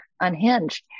unhinged